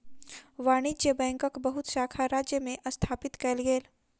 वाणिज्य बैंकक बहुत शाखा राज्य में स्थापित कएल गेल